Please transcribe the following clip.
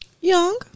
Young